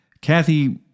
Kathy